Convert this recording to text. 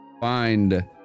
find